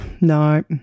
no